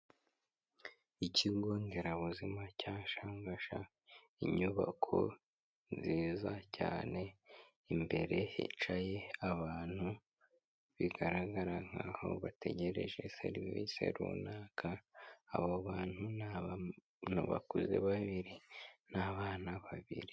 Ikigo nderabuzima cya Shangasha, inyubako nziza cyane, imbere hicaye abantu bigaragara nkaho bategereje serivisi runaka. Abo bantu ni abantu bakuze babiri n'abana babiri.